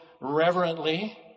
reverently